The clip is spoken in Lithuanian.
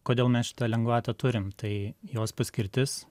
kodėl mes šitą lengvatą turim tai jos paskirtis